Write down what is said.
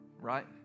Right